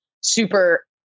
super